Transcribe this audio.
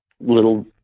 little